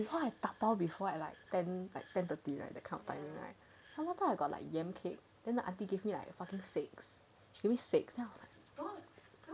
you know I 打包 before at like ten ten thirty like that the kind of timing right some more I got like yam cake then the aunty give me like fucking six she gave me six then I was like